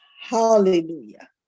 Hallelujah